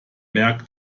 merkt